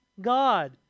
God